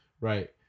Right